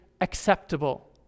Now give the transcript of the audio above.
acceptable